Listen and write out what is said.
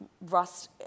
Rust